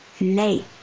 late